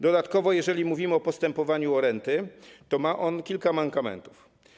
Dodatkowo, jeżeli mówimy o postępowaniu o przyznanie renty, to ma ono kilka mankamentów.